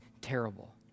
terrible